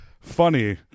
funny